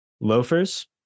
loafers